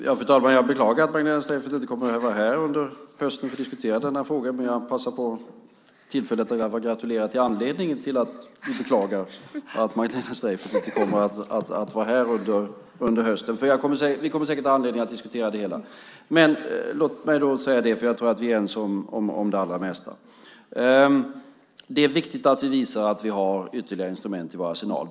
Fru talman! Jag beklagar att Magdalena Streijffert inte kommer att vara här under hösten för att diskutera denna fråga. Jag vill dock ta tillfället i akt och gratulera till anledningen till att jag beklagar att hon inte kommer att närvara. Vi kommer säkert att ha anledning att diskutera Burma. Jag tror att vi är ense om det allra mesta. Det är viktigt att vi visar att vi har ytterligare instrument i vår arsenal.